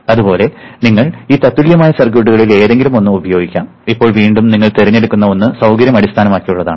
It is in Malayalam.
അതുപോലെ നിങ്ങൾക്ക് ഈ തത്തുല്യമായ സർക്യൂട്ടുകളിൽ ഏതെങ്കിലും ഒന്ന് ഉപയോഗിക്കാം ഇപ്പോൾ വീണ്ടും നിങ്ങൾ തിരഞ്ഞെടുക്കുന്ന ഒന്ന് സൌകര്യം അടിസ്ഥാനമാക്കിയുള്ളതാണ്